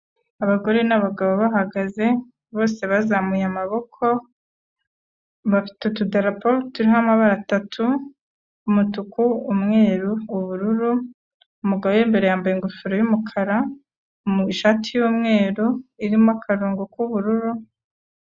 Abagore n'abagabo bahagaze, bose bazamuye amaboko, bafite utudarapo turimo amabara atatu: umutuku, umwe, ubururu, umugabo imbere yambaye ingofero y'umukara, ishati y'umweru irimo akarongo k'ubururu.